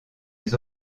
les